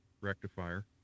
rectifier